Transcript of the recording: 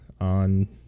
on